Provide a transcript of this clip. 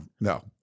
no